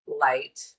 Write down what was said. light